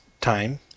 time